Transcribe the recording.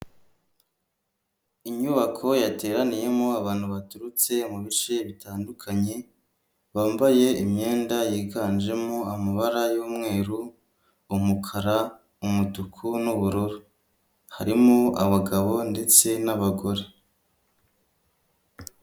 Inyubako yateraniyemo abantu baturutse mu bice bitandukanye, bambaye imyenda yiganjemo amabara y'umweru umukara umutuku n'ubururu, harimo abagabo ndetse n'abagore.